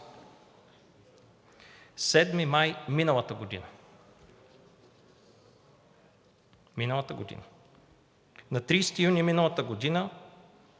5 юли миналата година. На 30 юни миналата година